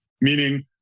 Meaning